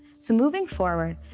so moving forward,